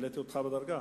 העליתי אותך בדרגה?